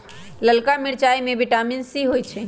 ललका मिरचाई में विटामिन सी होइ छइ